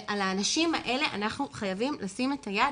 על האנשים האלה אנחנו חייבים לשים את היד,